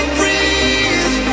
breathe